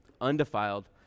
undefiled